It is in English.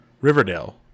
Riverdale